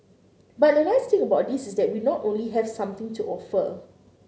but the nice thing about this is that we not only have something to offer